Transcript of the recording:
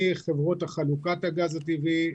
מחברות חלוקת הגז הטבעי,